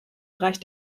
bereich